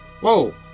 Whoa